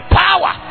power